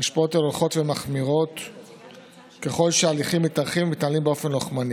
עם 10,000 מתים ו-100,000 נדבקים,